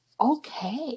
okay